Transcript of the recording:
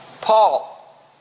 Paul